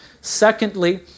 Secondly